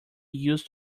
used